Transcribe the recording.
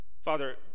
Father